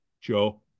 Joe